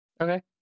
Okay